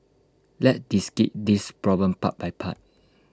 let's this problem part by part